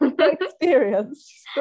experience